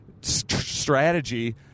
strategy –